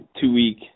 two-week